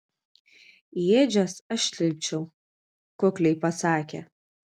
į ėdžias aš tilpčiau kukliai pasakė